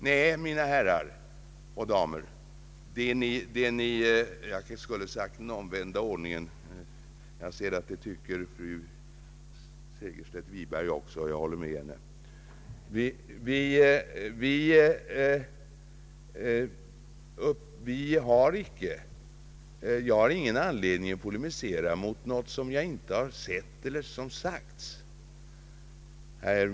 Nej, mina herrar och damer — jag skulle naturligtvis ha tagit den omvända ordningen, och jag ser att fru Segerstedt Wiberg också tycker det — jag har ingen anledning att polemisera mot någonting som inte har sagts.